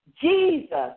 Jesus